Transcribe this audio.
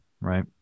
Right